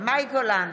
מאי גולן,